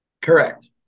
Correct